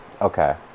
okay